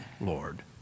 Lord